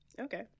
Okay